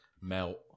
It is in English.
melt